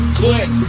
click